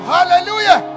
Hallelujah